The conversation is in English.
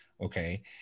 okay